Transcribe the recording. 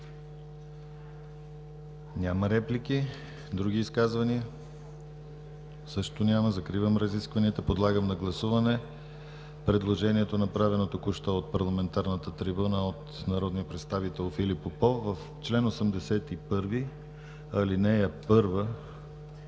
няма. Други изказвания? Няма. Закривам разискванията и подлагам на гласуване предложението, направено току-що от парламентарната трибуна от народния представител Филип Попов – в чл. 80, ал. 1,